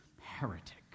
heretic